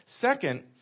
Second